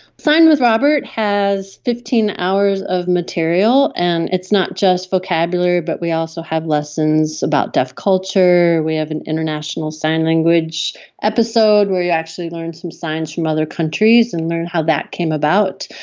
sign with robert has fifteen hours of material, and it's not just a vocabulary but we also have lessons about deaf culture, we have an international sign language episode where you actually learn some signs from other countries and learn how that came about,